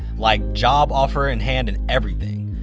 like, job offer in hand and everything.